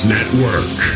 Network